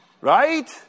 Right